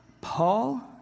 Paul